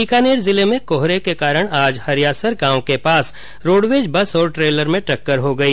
बीकानेर जिले में कोहरे के कारण आज हरियासर गांव के पास रोडवेज बस और ट्रेलर में टक्कर हो गई